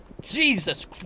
Jesus